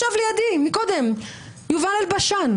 ישב לידי קודם יובל אלבשן,